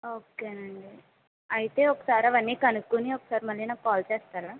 ఒకేనండి అయితే ఒకసారి అవన్నీ కనుక్కుని ఒకసారి మళ్ళీ నాకు కాల్ చేస్తారా